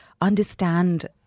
understand